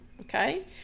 okay